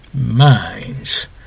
minds